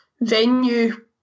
venue